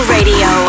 Radio